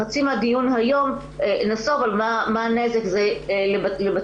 חצי מהדיון היום נסוב על מה הנזק לבתי